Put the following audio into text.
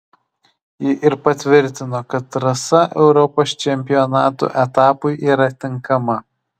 ji ir patvirtino kad trasa europos čempionato etapui yra tinkama